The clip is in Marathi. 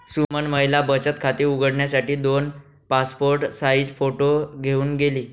सुमन महिला बचत खाते उघडण्यासाठी दोन पासपोर्ट साइज फोटो घेऊन गेली